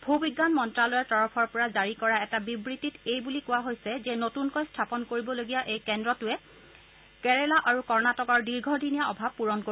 ভূ বিজ্ঞান মন্ত্ৰালয়ৰ তৰফৰ পৰা জাৰি কৰা এটা বিবৃতিত এইবুলি কোৱা হৈছে যে নতনকৈ স্থাপন কৰিবলগীয়া এই কেন্দ্ৰটোৱে কেৰালা আৰু কৰ্ণাটকৰ দীৰ্ঘদিনীয়া অভাৱ পূৰণ কৰিব